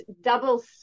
double